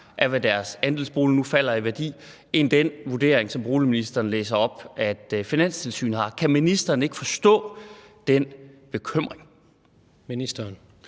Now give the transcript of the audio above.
meget deres andelsbolig nu falder i værdi, end den vurdering, som boligministeren læser op, at Finanstilsynet har. Kan ministeren ikke forstå den bekymring? Kl.